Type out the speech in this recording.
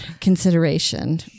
consideration